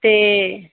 ਤੇ